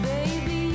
Baby